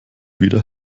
wieder